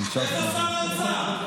איפה שר האוצר?